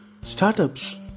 Startups